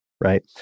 right